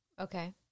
Okay